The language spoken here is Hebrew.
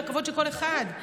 מהכבוד של כל אחד.